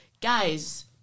guys